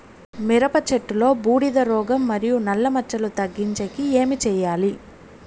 మిరప చెట్టులో బూడిద రోగం మరియు నల్ల మచ్చలు తగ్గించేకి ఏమి చేయాలి?